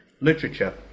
literature